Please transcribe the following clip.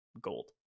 gold